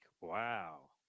Wow